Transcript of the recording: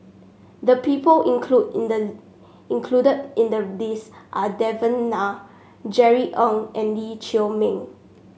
the people included in the included in the list are Devan Nair Jerry Ng and Lee Chiaw Meng